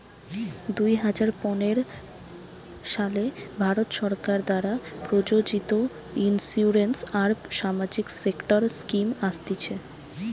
দুই হাজার পনের সালে ভারত সরকার দ্বারা প্রযোজিত ইন্সুরেন্স আর সামাজিক সেক্টর স্কিম আসতিছে